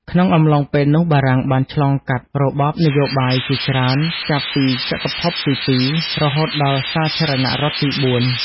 ក្នុងអំឡុងពេលនោះ បារាំងបានឆ្លងកាត់របបនយោបាយជាច្រើន ចាប់ពីចក្រភពទីពីរ រហូតដល់សាធារណរដ្ឋទីបួន។